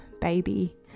baby